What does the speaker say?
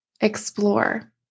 Explore